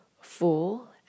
full